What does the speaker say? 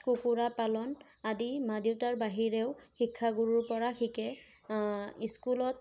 কুকুৰা পালন আদি মা দেউতাৰ বাহিৰেও শিক্ষাগুৰুৰ পৰা শিকে স্কুলত